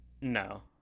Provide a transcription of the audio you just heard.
No